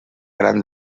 gran